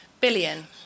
billion